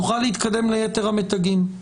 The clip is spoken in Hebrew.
נוכל להתקדם ליתר המתגים.